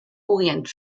orient